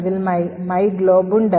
അതിൽ myglob ഉണ്ട്